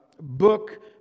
book